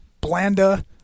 Blanda